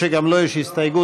שגם לו יש הסתייגות,